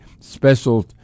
special